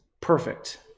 perfect